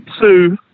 two